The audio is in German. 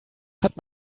hat